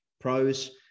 pros